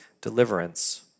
deliverance